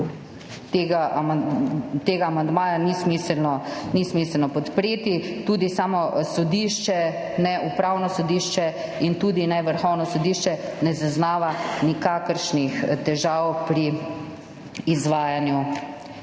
tega amandmaja ni smiselno podpreti. Tudi samo sodišče, ne Upravno sodišče in tudi ne Vrhovno sodišče ne zaznavata nikakršnih težav pri izvajanju te